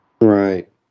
Right